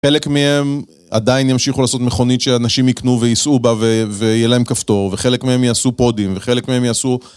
חלק מהם עדיין ימשיכו לעשות מכונית שאנשים יקנו וייסעו בה ויהיה להם כפתור וחלק מהם יעשו פודים וחלק מהם יעשו